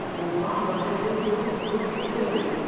obama just endorsed crooked hillary.